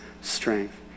strength